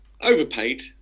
Overpaid